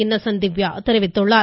Innocent Divya தெரிவித்துள்ளார்